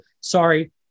sorry